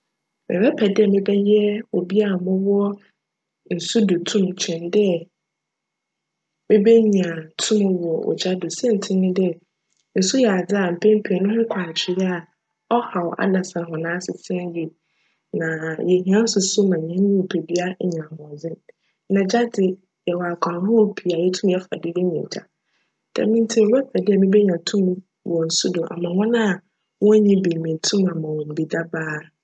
Mebjpj dj mebjyj obi a mowc nsudo tum kyjn dj mebenya tum wc ogya do siantsir nye dj, nsu yj adze a mpjn pii no, noho kc atwee a chaw adasa hcn asetsena yie na yehia nsu so ma hjn nyimpadua enya apcwmudzen na gya dze, yjwc akwan ahorow pii a yetum fa do nya gya djm ntsi mebjpj dj mebenya tum wc nsudo ma hcn a wonnyi bi no meetum ama hcn bi dabaa.